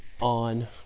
on